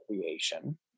creation